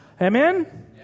Amen